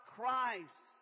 Christ